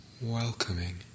welcoming